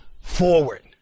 forward